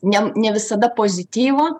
ne ne visada pozityvų